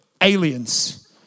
aliens